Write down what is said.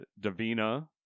davina